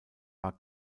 war